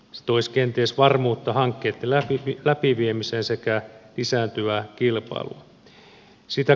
se toisi kenties varmuutta hankkeitten läpiviemiseen sekä lisääntyvää kilpailua